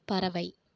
பறவை